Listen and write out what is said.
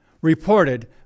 reported